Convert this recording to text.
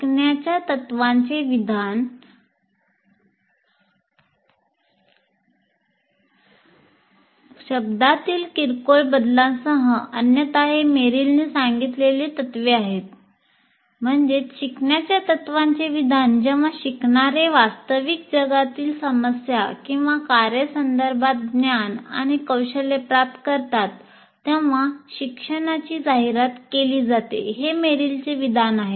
शिकण्याच्या तत्त्वांचे विधान वास्तविक जगातील समस्या किंवा कार्ये संदर्भात ज्ञान आणि कौशल्य प्राप्त करतात तेव्हा शिक्षणाची जाहिरात केली जाते हे मेरिलचे विधान आहे